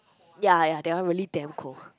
ya ya that one really damn cold